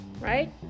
right